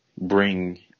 bring